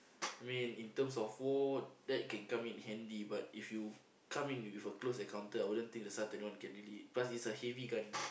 I mean in terms of war that can come in handy but if you come in with a close encounter I wouldn't think the SAR-twenty-one can really plus it's a heavy gun